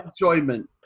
enjoyment